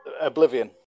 Oblivion